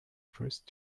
first